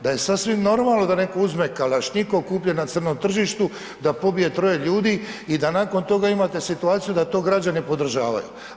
Da je sasvim normalno da netko uzme kalašnjikov kupljen na crnom tržištu, da pobije troje ljudi i da nakon toga imate situaciju da to građani podržavaju.